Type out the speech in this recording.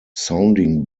sounding